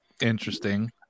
interesting